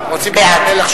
בעד ירדנה,